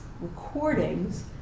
recordings